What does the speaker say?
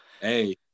Hey